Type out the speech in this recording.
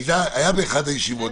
היה באחת הישיבות,